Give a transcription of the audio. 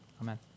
Amen